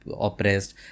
oppressed